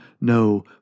no